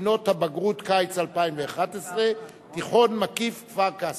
בחינות הבגרות קיץ 2011, תיכון מקיף כפר-קאסם.